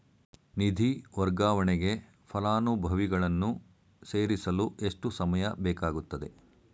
ನಿಧಿ ವರ್ಗಾವಣೆಗೆ ಫಲಾನುಭವಿಗಳನ್ನು ಸೇರಿಸಲು ಎಷ್ಟು ಸಮಯ ಬೇಕಾಗುತ್ತದೆ?